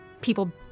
people